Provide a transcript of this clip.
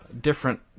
Different